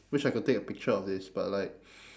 wish I could take a picture of this but like